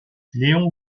léon